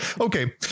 Okay